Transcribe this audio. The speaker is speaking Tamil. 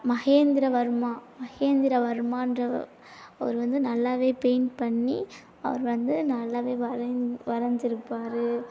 மஹேந்திரவர்மா மஹேந்திரவர்மான்ற அவர் வந்து நல்லாவே பெயிண்ட் பண்ணி அவர் வந்து நல்லாவே வரைஞ் வரைஞ்சிருப்பார்